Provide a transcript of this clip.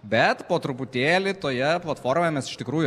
bet po truputėlį toje platformoje mes iš tikrųjų